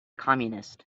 communist